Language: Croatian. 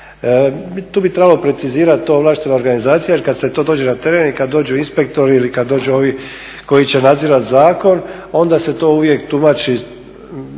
Tu bi trebali precizirati ovlaštena organizacija jer kada se to dođe na teren ili kada dođu inspektori ili kada dođu ovi koji će nadzirati zakon onda se to uvijek tumači